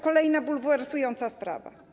Kolejna bulwersująca sprawa.